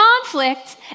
Conflict